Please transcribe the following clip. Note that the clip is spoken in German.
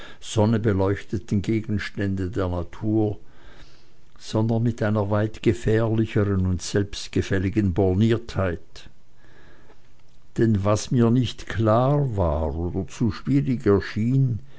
sonnebeleuchteten gegenstände der natur sondern mit einer weit gefährlicheren und selbstgefälligen borniertheit denn was mir nicht klar war oder zu schwierig